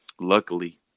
luckily